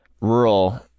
rural